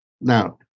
Now